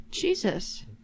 Jesus